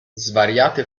svariate